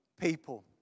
people